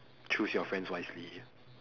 choose your friends wisely